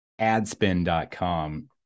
adspin.com